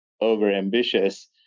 over-ambitious